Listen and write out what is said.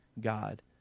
God